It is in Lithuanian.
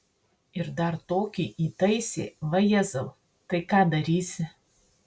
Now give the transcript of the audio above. ir dar tokį įtaisė vajezau tai ką darysi